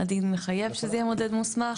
הדין מחייב שזה יהיה מודד מוסמך.